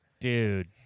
Dude